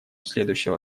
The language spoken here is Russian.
следующего